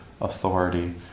authority